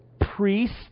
priest